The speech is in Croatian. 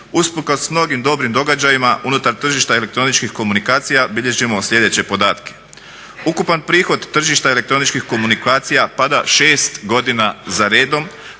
usprkos mnogim dobrim događajima unutar tržišta elektroničkih komunikacija bilježimo sljedeće podatke. Ukupan prihod tržišta elektroničkih komunikacija pada 6 godina za redom,